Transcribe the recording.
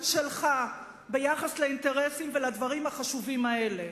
שלך ביחס לאינטרסים ולדברים החשובים האלה.